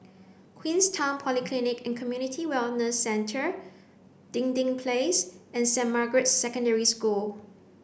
Queenstown Polyclinic and Community Wellness Centre Dinding Place and Saint Margaret's Secondary School